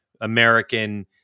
American